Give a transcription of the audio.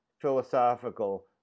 Philosophical